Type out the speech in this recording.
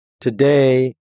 Today